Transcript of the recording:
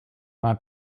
not